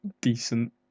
decent